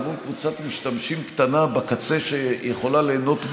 אל מול קבוצת משתמשים קטנה בקצה שיכולה ליהנות מהתרופה,